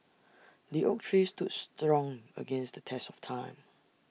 the oak tree stood strong against the test of time